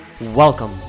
Welcome